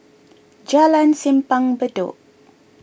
Jalan Simpang Bedok